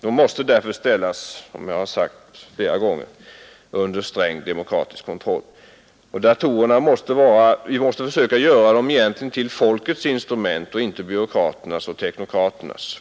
De måste därför ställas under sträng demokratisk kontroll, och vi måste egentligen försöka göra dem till folkets instrument och inte byråkraternas och teknokraternas.